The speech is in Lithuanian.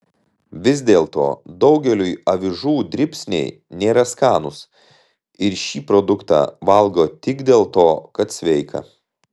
vis dėlto daugeliui avižų dribsniai nėra skanūs ir šį produktą valgo tik dėl to kad sveika